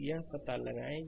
तो यह पता लगाएं